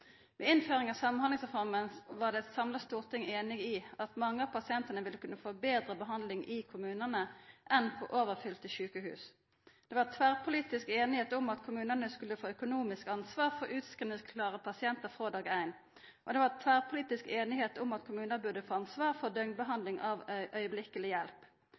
Ved innføring av Samhandlingsreforma var eit samla storting einig i at mange av pasientane ville kunna få betre behandling i kommunane enn på overfylte sjukehus. Det var tverrpolitisk semje om at kommunane skulle få økonomisk ansvar for utskrivingsklare pasientar frå dag éin. Det var tverrpolitisk semje om at kommunar burde få ansvar for døgnbehandling av akutt hjelp.